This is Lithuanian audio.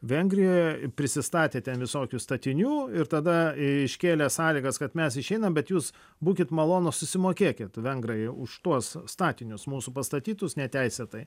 vengrijoje prisistatėte ten visokių statinių ir tada iškėlė sąlygas kad mes išeinam bet jūs būkit malonūs susimokėkit vengrai už tuos statinius mūsų pastatytus neteisėtai